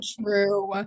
true